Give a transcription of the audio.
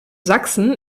sachsen